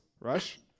Rush